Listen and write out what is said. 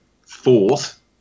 fourth